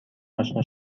آشنا